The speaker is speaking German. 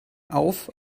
auf